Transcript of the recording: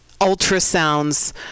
ultrasounds